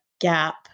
gap